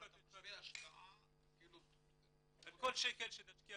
אבל אתה משווה השקעה --- על כל שקל שתשקיע